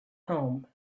home